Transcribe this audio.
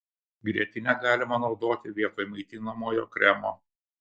grietinę galima naudoti vietoj maitinamojo kremo